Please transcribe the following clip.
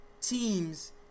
teams